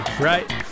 right